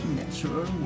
Natural